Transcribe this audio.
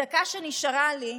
בדקה שנשארה לי,